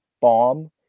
bomb